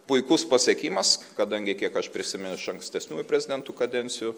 puikus pasiekimas kadangi kiek aš prisimi iš ankstesniųjų prezidentų kadencijų